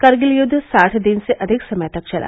करगिल युद्व साठ दिन से अधिक समय तक चला